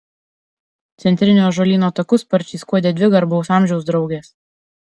centriniu ąžuolyno taku sparčiai skuodė dvi garbaus amžiaus draugės